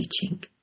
teaching